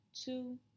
two